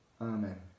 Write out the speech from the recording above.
Amen